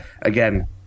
again